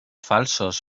falsos